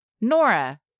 Nora